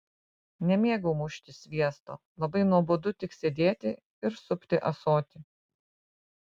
nemėgau mušti sviesto labai nuobodu tik sėdėti ir supti ąsotį